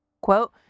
Quote